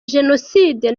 jenoside